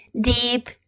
Deep